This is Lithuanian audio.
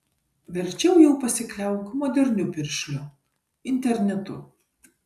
verčiau jau pasikliauk moderniu piršliu internetu